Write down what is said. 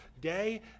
day